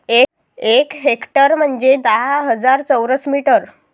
एक हेक्टर म्हंजे दहा हजार चौरस मीटर